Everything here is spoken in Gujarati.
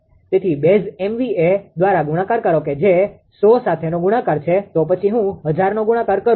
તેથી બેઝ MVA દ્વારા ગુણાકાર કરો જે 100 સાથેનો ગુણાકાર છે તો પછી હું 1000નો ગુણાકાર કરું છું